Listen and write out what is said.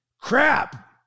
crap